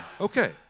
Okay